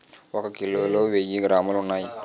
ఒక కిలోలో వెయ్యి గ్రాములు ఉన్నాయి